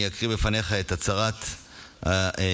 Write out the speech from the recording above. אני אקריא בפניך את הצהרת האמונים,